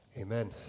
Amen